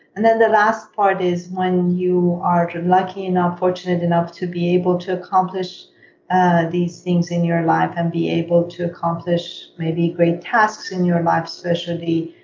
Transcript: and then the last part is when you are lucky enough, fortunate enough to be able to accomplish ah these things in your life, and be able to accomplish maybe great tasks in your life especially.